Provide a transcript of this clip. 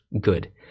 good